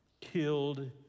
killed